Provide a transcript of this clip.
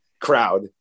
crowd